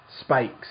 spikes